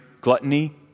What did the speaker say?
gluttony